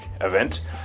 event